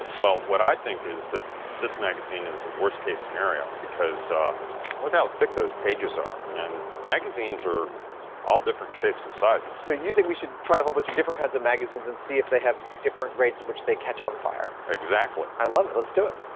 well, what i think is that this magazine is a worst-case scenario, because look how thick those pages are. and magazines are all different shapes and sizes. so you think we should try a whole bunch of different kinds of magazines and see if they have different rates at which they catch on fire? exactly. i love it. let's do it.